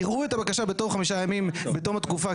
יראו את הבקשה בתוך חמישה ימים בתום התקופה,